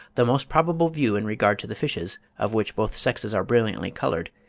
the most probable view in regard to the fishes, of which both sexes are brilliantly coloured,